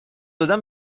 دادن